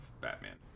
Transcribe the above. Batman